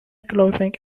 clothing